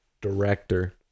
director